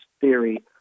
theory